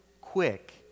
quick